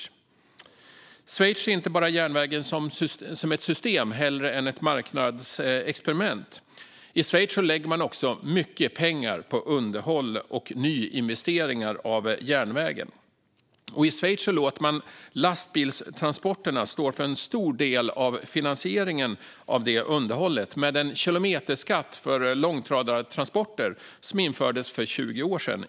Det är inte heller bara så att Schweiz ser järnvägen som ett system hellre än ett marknadsexperiment, utan i Schweiz lägger man också mycket pengar på underhåll av och nyinvesteringar i järnvägen. I Schweiz låter man dessutom lastbilstransporterna stå för en stor del av finansieringen av underhållet genom den kilometerskatt för långtradartransporter som infördes för 20 år sedan.